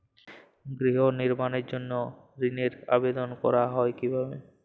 গৃহ নির্মাণের জন্য ঋণের আবেদন করা হয় কিভাবে?